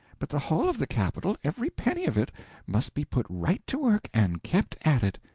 but the whole of the capital every penny of it must be put right to work, and kept at it.